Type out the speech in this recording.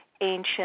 ancient